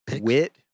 wit